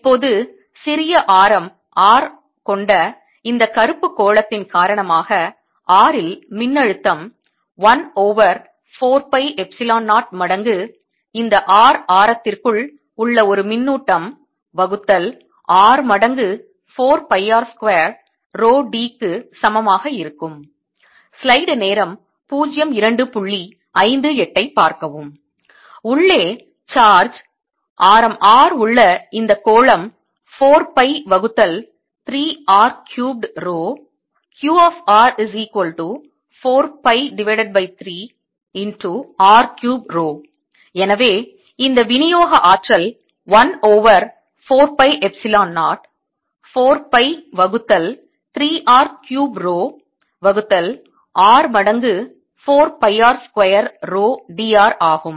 இப்போது சிறிய ஆரம் r கொண்ட இந்த கருப்பு கோளத்தின் காரணமாக r இல் மின்னழுத்தம் 1 ஓவர் 4 பை எப்சிலான் 0 மடங்கு இந்த r ஆரத்திற்குள் உள்ள ஒரு மின்னூட்டம் வகுத்தல் r மடங்கு 4 pi r square rho d க்கு சமமாக இருக்கும் உள்ளே சார்ஜ் ஆரம் r உள்ள இந்த கோளம் 4 பை வகுத்தல் 3 r cubed rho Q 4π 3 r3ρ எனவே இந்த விநியோகஆற்றல் 1 ஓவர் 4 பை எப்சிலோன் 0 4 பை வகுத்தல் 3 r கியூப் ரோ வகுத்தல் r மடங்கு 4 pi r square rho d r ஆகும்